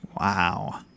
Wow